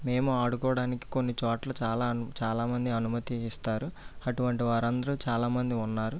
మేము ఆడుకోవడానికి కొన్నిచోట్ల చాలా చాలా మంది అనుమతి ఇస్తారు అటువంటి వారందరు చాలామంది ఉన్నారు